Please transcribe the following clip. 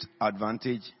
advantage